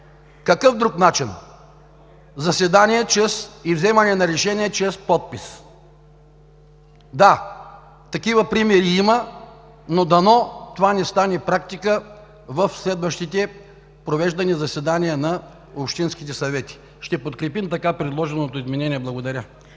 Какъв друг начин? Заседание чрез и вземане на решение чрез подпис. Да, такива примери има, но дано това не стане практика в следващите провеждани заседания на общинските съвети. Ще подкрепим така предложеното изменение. Благодаря.